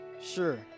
Sure